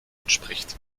entspricht